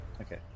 Okay